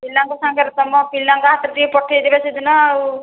ପିଲାଙ୍କ ସାଙ୍ଗରେ ତମ ପିଲାଙ୍କ ହାତରେ ଟିକେ ପଠେଇଦେବେ ସେଦିନ ଆଉ